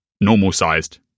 normal-sized